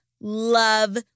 love